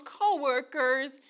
co-workers